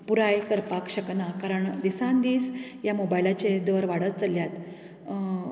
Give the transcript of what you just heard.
पुराय करपाक शकना कारण दिसान दीस ह्या मोबायलाचे दर वाडपाक चल्ल्यात